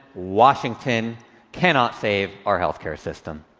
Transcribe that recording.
washington cannot save our health care system.